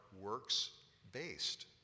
works-based